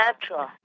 natural